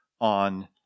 on